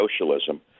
socialism